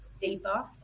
deeper